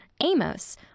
Amos